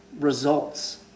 results